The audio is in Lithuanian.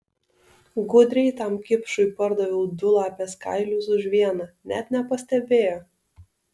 gudriai tam kipšui pardaviau du lapės kailius už vieną net nepastebėjo